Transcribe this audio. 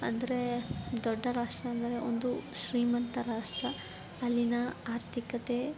ಅಂದರೆ ದೊಡ್ಡ ರಾಷ್ಟ್ರ ಅಂದರೆ ಒಂದು ಶ್ರೀಮಂತ ರಾಷ್ಟ್ರ ಅಲ್ಲಿನ ಆರ್ಥಿಕತೆ